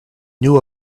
knew